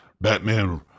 Batman